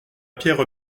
pierre